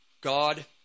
God